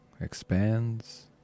expands